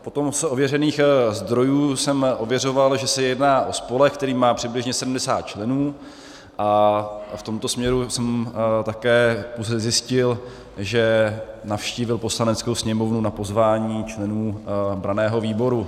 Potom z ověřených zdrojů jsem ověřoval, že se jedná o spolek, který má přibližně 70 členů, a v tomto směru jsem také pouze zjistil, že navštívil Poslaneckou sněmovnu na pozvání členů branného výboru.